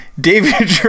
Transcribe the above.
David